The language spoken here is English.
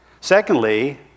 Secondly